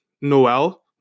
noel